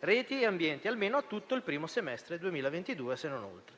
reti e ambiente almeno a tutto il primo semestre 2022, se non oltre.